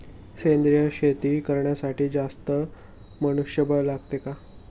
सेंद्रिय शेती करण्यासाठी जास्त मनुष्यबळ लागते का?